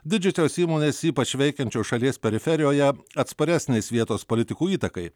didžiosios įmonės ypač veikiančios šalies periferijoje atsparesnės vietos politikų įtakai